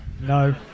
No